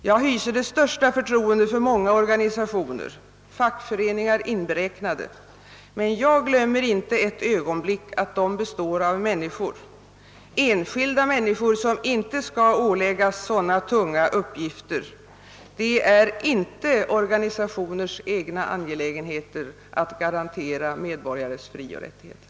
Jag hyser det största förtroende för många organisationer, fackföreningarna inberäknade, men jag glömmer inte ett ögonblick att de består av enskilda människor som inte skall åläggas sådana tunga uppgifter. Det är inte organisationers »egna angelägenheter» att garantera medborgarna deras frioch rättigheter.